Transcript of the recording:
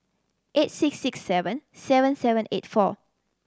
eight six six seven seven seven eight four